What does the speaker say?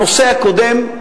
הנושא הקודם,